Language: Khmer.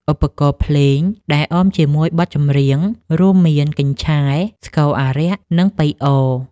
ឧបករណ៍ភ្លេងដែលអមជាមួយបទចម្រៀង រួមមានកញ្ឆែ ស្គរអារក្ស និងប៉ីអរ។